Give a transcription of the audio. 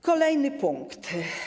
Kolejny punkt.